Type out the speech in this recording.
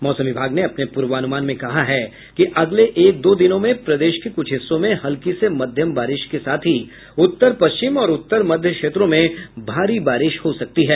मौसम विभाग ने अपने पूर्वान्मान में कहा है अगले एक दो दिनों में प्रदेश के कुछ हिस्सों में हल्की से मध्यम बारिश के साथ ही उत्तर पश्चिम और उत्तर मध्य क्षेत्रों में भारी बारिश हो सकती है